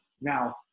Now